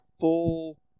full